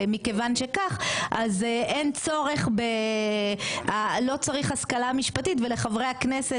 ומכיוון שכך אז לא צריך השכלה משפטית ולחברי הכנסת.